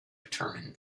determine